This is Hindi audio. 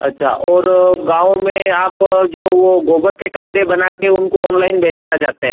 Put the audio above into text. अच्छा और गाँव में आप जो वह गोबर के कंडे बना कर उनको ओनलाइन बेचना चाहते हैं